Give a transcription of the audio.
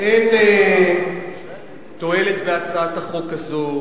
לכן, אין תועלת בהצעת החוק הזאת,